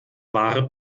wahre